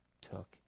took